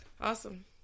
awesome